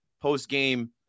post-game